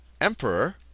Emperor